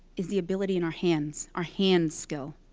is the ability in our hands. our hand skill.